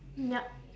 yup